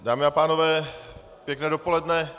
Dámy a pánové, pěkné dopoledne.